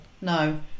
No